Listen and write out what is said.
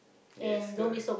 yes correct